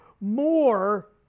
more